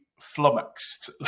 flummoxed